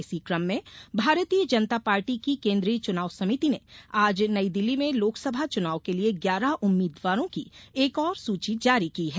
इसी क़म में भारतीय जनता पार्टी की केन्द्रीय चुनाव समिति ने आज नईदिल्ली में लोकसभा चुनाव के लिये ग्यारह उम्मीदवारों की एक और सूची जारी की है